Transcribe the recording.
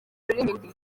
ururimi